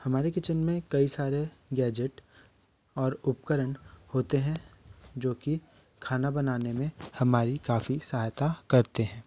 हमारे किचेन में कई सारे गैजेट और उपकरण होते हैं जोकि खाना बनाने में हमारी काफ़ी सहायता करते हैं